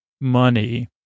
money